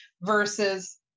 versus